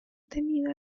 tenido